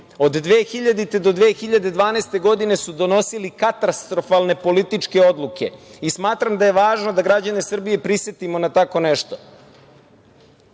Od 2000. do 2012. godine su donosili katastrofalne političke odluke. Smatram da je važno da građane Srbije prisetimo na tako nešto.